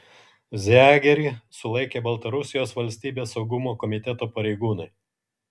zegerį sulaikė baltarusijos valstybės saugumo komiteto pareigūnai